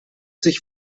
sich